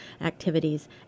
activities